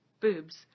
boobs